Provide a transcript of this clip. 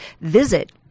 Visit